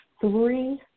three